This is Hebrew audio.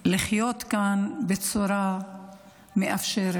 לחיות כאן בצורה מאפשרת.